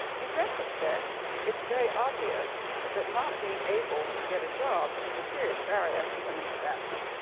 in retrospect, it's very obvious that not being able to get a job is a serious barrier to women's advancement.